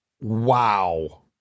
Wow